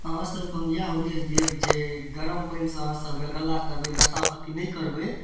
अहाँ सबके हम इएह उद्देश्य देब जे गरम पानिसँ अहाँसब गलगला करबै नसा पाती नहि करबै